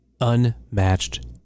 unmatched